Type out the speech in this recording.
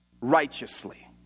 righteously